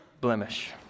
blemish